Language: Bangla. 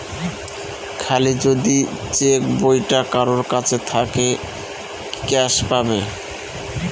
খালি যদি চেক বইটা কারোর কাছে থাকে ক্যাস পাবে